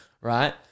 right